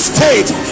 State